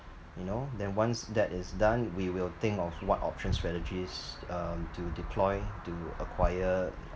you know then once that is done we will think of what option strategies um to deploy to acquire